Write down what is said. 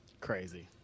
crazy